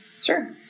Sure